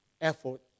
effort